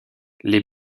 les